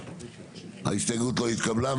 ההסתייגות לא התקבלה.